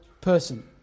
person